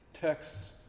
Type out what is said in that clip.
texts